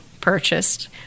purchased